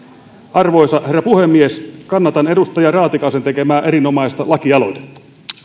arvoisa herra puhemies kannatan edustaja raatikaisen tekemää erinomaista lakialoitetta